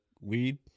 weed